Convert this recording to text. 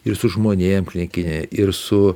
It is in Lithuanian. ir su žmonėm klinikinė ir su